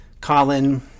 Colin